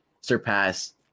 surpass